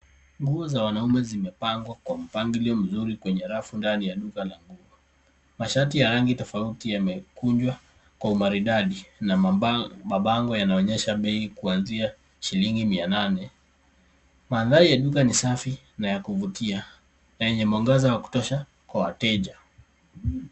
Nguo za wanaume zimepangwa kwa mpangilio mzuri kwenye rafu ndani ya duka la nguo. Mashati ya rangi tofauti yamekunjwa kwa umaridadi na mabango yanaonyesha bei kuanzia shilingi 800. Mandhari ya duka ni safi na ya kuvutia na yenye mwangaza wa kutosha kwa wateja.